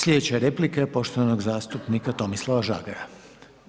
Sljedeća replika je poštovano zastupnika Tomislava Žagara.